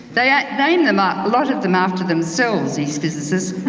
they ah name them, a lot of them after themselves, these physicists.